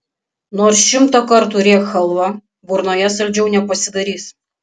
nors šimtą kartų rėk chalva burnoje saldžiau nepasidarys